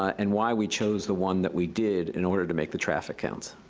and why we chose the one that we did, in order to make the traffic counts?